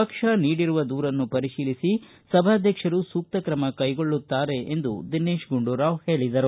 ಪಕ್ಷ ನೀಡಿರುವ ದೂರನ್ನು ಪರಿಶೀಲಿಸಿ ಸಭಾದ್ವಕ್ಷರು ಸೂಕ್ತ ಕ್ರಮ ಕೈಗೊಳ್ಳುತ್ತಾರೆ ಎಂದು ದಿನೇಶ ಗುಂಡೂರಾವ್ ಹೇಳಿದರು